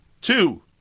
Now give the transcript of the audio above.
Two